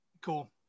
cool